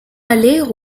aller